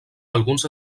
alguns